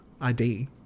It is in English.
ID